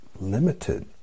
limited